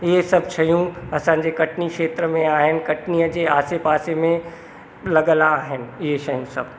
इहे सभु शयूं असांजे कटनी खेत्र में आहिनि कटनीअ जे आसे पासे में लॻियल आहिनि इहे शयूं सभु